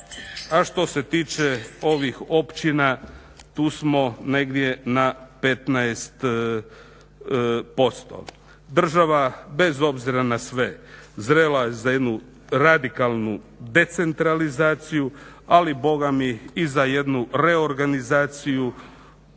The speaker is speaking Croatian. a što se tiče ovih općina tu smo negdje na 15%. Država bez obzira na sve zrela je za jednu radikalnu decentralizaciju ali bogami i za jednu reorganizaciju